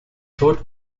tod